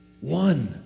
one